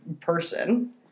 person